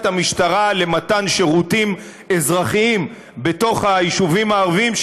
המשטרה למתן שירותים אזרחיים בתוך היישובים הערביים,